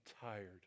tired